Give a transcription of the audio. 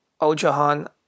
Ojahan